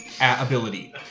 ability